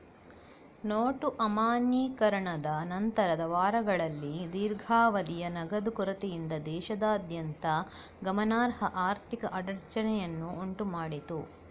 note ಅಮಾನ್ಯೀಕರಣದ ನಂತರದ ವಾರಗಳಲ್ಲಿ ದೀರ್ಘಾವಧಿಯ ನಗದು ಕೊರತೆಯಿಂದ ದೇಶದಾದ್ಯಂತ ಗಮನಾರ್ಹ ಆರ್ಥಿಕ ಅಡಚಣೆಯನ್ನು ಉಂಟು ಮಾಡಿತು